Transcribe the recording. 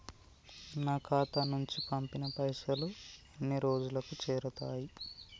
నా ఖాతా నుంచి పంపిన పైసలు ఎన్ని రోజులకు చేరుతయ్?